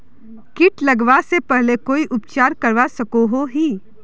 किट लगवा से पहले कोई उपचार करवा सकोहो ही?